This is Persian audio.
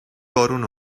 بارون